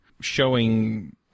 showing